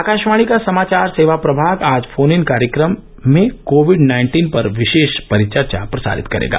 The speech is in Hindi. आकाशवाणी का समाचार सेवा प्रभाग आज फोन इन कार्यक्रम में कोविड नाइन्टीन पर विशेष परिचर्चा प्रसारित करेगा